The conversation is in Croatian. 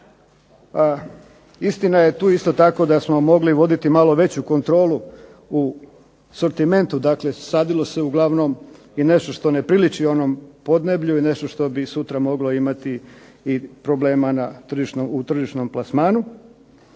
Istina je tu isto tako da smo mogli voditi malo veću kontrolu u sortimentu. Dakle, sadilo se uglavnom i nešto što ne priliči onom podneblju i nešto što bi sutra moglo imati i problema u tržišnom plasmanu.